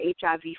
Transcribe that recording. HIV